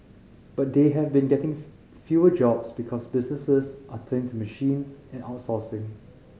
but they have been getting fewer jobs because businesses are turning to machines and outsourcing